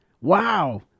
Wow